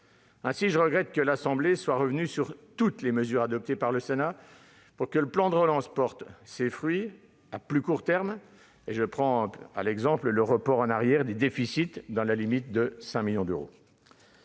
Ainsi, je regrette que l'Assemblée nationale soit revenue sur toutes les mesures adoptées par le Sénat pour que le plan de relance porte ses fruits à plus court terme. Il n'est qu'à citer le report en arrière des déficits dans la limite de 5 millions d'euros.